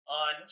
on